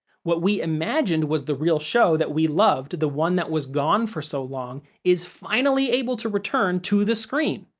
what we imagined was the real show that we loved, the one that was gone for so long, is finally able to return to the screen,